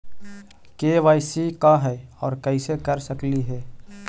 KYC का है, और कैसे कर सकली हे?